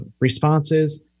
responses